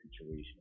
situation